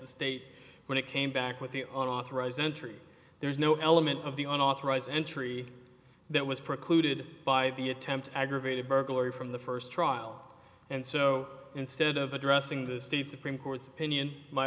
the state when it came back with the authorize entry there's no element of the on authorize entry that was precluded by the attempt aggravated burglary from the first trial and so instead of addressing the state supreme court's opinion